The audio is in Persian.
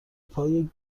پای